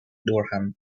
durham